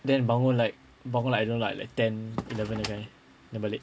then bangun like bangun like I don't know lah like ten eleven that kind then balik